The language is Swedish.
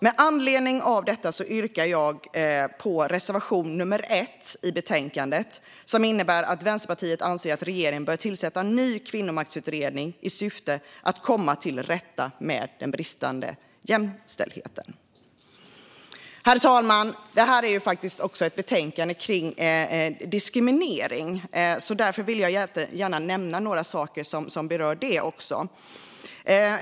Med anledning av detta yrkar jag bifall till reservation nummer 1, som innebär att Vänsterpartiet anser att regeringen bör tillsätta en ny kvinnomaktsutredning i syfte att komma till rätta med den bristande jämställdheten. Herr talman! Det här är också ett betänkande kring diskriminering. Därför vill jag gärna nämna några saker som berör det.